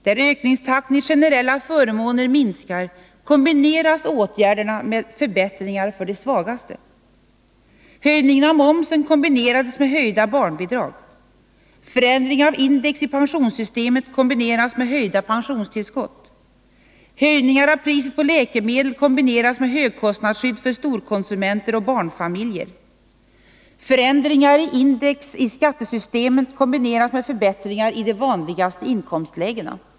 Där ökningstakten i generella förmåner minskar kombineras åtgärderna med förbättringar för de svagaste. Höjningen av momsen kombinerades med höjda barnbidrag. Förändringen av index i pensionssystemet kombineras med höjda pensionstillskott. Höjningar av priset på läkemedel kombineras med ett högkostnadsskydd för storkonsumenter och barnfamiljer. Förändringar i index i skattesystemet kombineras med förbättringar i de vanligaste inkomstlägena.